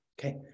Okay